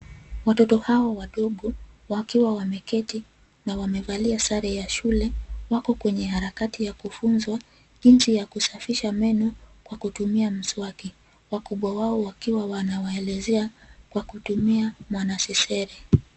Watoto hawa wadogo wakiwa wameketi na wamevalia sare ya shule, wako kwenye harakati ya kufunzwa jinsi ya kusafisha meno kwa kutumia mswaki. Wakubwa wao wakiwa wanawaelezea kwa kutumia mwanasesere.